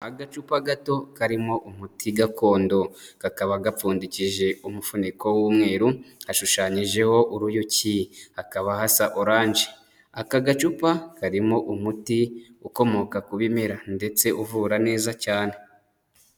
Agacupa gato karimo umuti gakondo, kakaba gapfundikije umufuniko w'umweru, hashushanyijeho uruyuki, hakaba hasa oranje, aka gacupa karimo umuti ukomoka ku bimera ndetse uvura neza cyane.